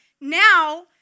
Now